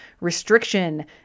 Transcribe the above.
restriction